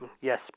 yes